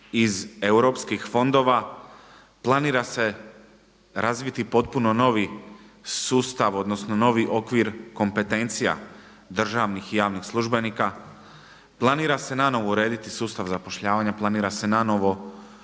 iz europskih fondova planira se razviti potpuno novi sustav, odnosno novi okvir kompetencija državnih i javnih službenika. Planira se nanovo urediti sustav zapošljavanja, planira se nanovo i